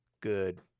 good